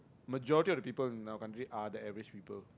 majority of the people in our country are the average people